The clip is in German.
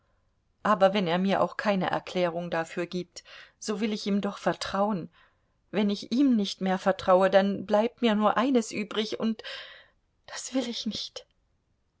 aber wenn er mir auch keine erklärung dafür gibt so will ich ihm doch vertrauen wenn ich ihm nicht mehr vertraue dann bleibt mir nur eines übrig und das will ich nicht